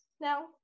now